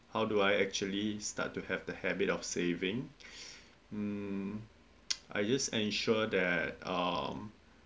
how do I actually start to have the habit of saving um I just ensure that um